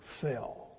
fell